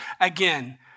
Again